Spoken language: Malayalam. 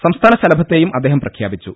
സംസ്ഥാന ശലഭത്തെയും അദ്ദേഹം പ്രഖ്യാപിച്ചു